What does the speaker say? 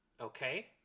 okay